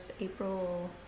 April